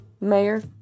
Mayor